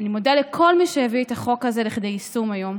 מודה לכל מי שהביא את החוק הזה לכדי יישום היום.